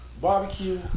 barbecue